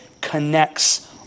connects